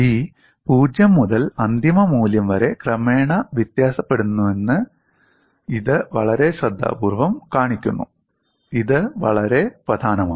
P 0 മുതൽ അന്തിമ മൂല്യം വരെ ക്രമേണ വ്യത്യാസപ്പെടുന്നുവെന്ന് ഇത് വളരെ ശ്രദ്ധാപൂർവ്വം കാണിക്കുന്നു ഇത് വളരെ പ്രധാനമാണ്